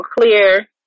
clear